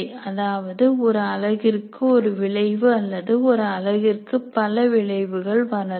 அதாவது ஒரு அலகிற்கு ஒரு விளைவு அல்லது ஒரு அலகிற்கு பல விளைவுகள் வரலாம்